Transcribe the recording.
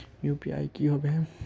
UPI की होबे है?